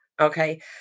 okay